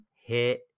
hit